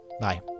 Bye